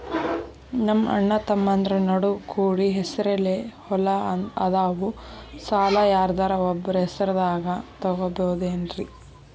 ನಮ್ಮಅಣ್ಣತಮ್ಮಂದ್ರ ನಡು ಕೂಡಿ ಹೆಸರಲೆ ಹೊಲಾ ಅದಾವು, ಸಾಲ ಯಾರ್ದರ ಒಬ್ಬರ ಹೆಸರದಾಗ ತಗೋಬೋದೇನ್ರಿ?